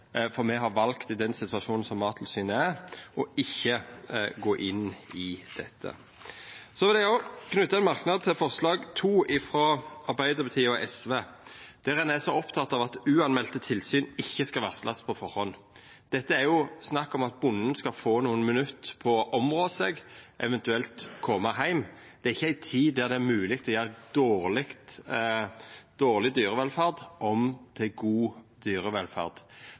for me har valt i den situasjonen som Mattilsynet er i, ikkje å gå inn i dette. Så vil eg òg knyta ein merknad til forslag nr. 2, frå Arbeidarpartiet og SV, der ein er oppteken av at umelde tilsyn ikkje skal varslast på førehand. Det er snakk om at bonden skal få nokre minutt på å områ seg, eventuelt koma heim. Det er ikkje tid som gjer det mogleg å gjera dårleg dyrevelferd om til god dyrevelferd.